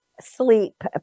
sleep